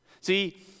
See